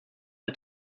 der